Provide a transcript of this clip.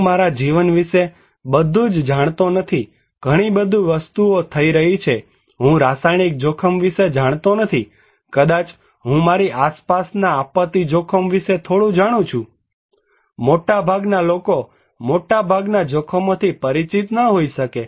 હું મારા જીવન વિશે બધું જ જાણતો નથી ઘણી બધી વસ્તુઓ થઈ રહી છે હું રાસાયણિક જોખમ વિશે નથી જાણતો કદાચ હું મારી આસપાસના આપત્તિ જોખમ વિશે થોડું જાણું છુંમોટાભાગના લોકો મોટાભાગના જોખમોથી પરિચિત ન હોઈ શકે